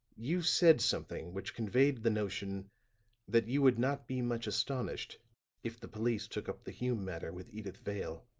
you said something which conveyed the notion that you would not be much astonished if the police took up the hume matter with edyth vale.